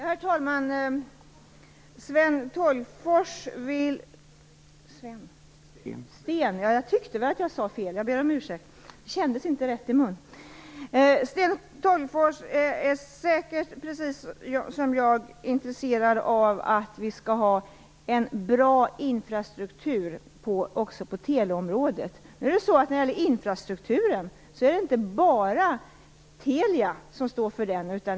Herr talman! Sten Tolgfors är säkert precis som jag intresserad av att vi skall ha en bra infrastruktur också på teleområdet. Det är inte bara Telia som står för infrastrukturen.